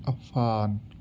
Affan